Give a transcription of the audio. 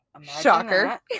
Shocker